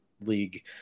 league